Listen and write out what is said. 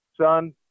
Son